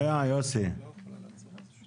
אני יועץ ביטוח כ-40 שנה לערך.